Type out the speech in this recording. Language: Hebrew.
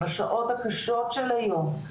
בשעות הקשות של היום,